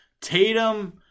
Tatum